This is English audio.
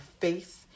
face